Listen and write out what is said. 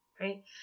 right